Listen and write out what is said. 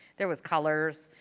there was colors,